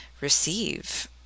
receive